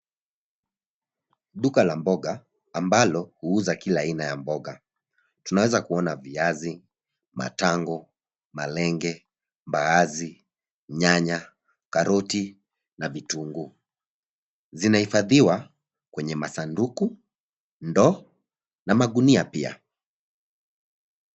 Duka la mboga ambalo huuza kila aina ya mboga. Tunaweza kuona viaz,i matango, malenge mbaazi, nyanya, karoti na vitunguu. Zinahifadhiwa kwenye masanduku, ndoo na magunia pia.